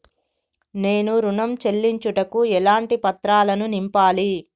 నేను ఋణం చెల్లించుటకు ఎలాంటి పత్రాలను నింపాలి?